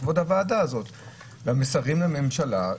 המסרים לממשלה,